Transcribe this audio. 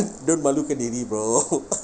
don't malukan diri bro